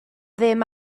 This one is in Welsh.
ddim